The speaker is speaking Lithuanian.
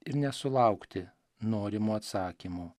ir nesulaukti norimo atsakymo